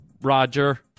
Roger